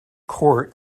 court